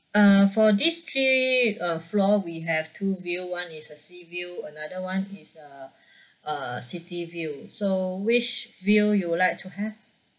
uh for this three uh floor we have two view one is a sea view another one is uh uh city view so which view you would like to have